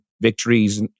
victories